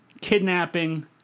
kidnapping